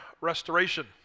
restoration